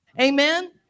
Amen